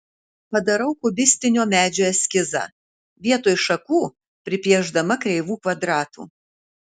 padarau kubistinio medžio eskizą vietoj šakų pripiešdama kreivų kvadratų